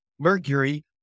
Mercury